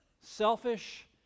Selfish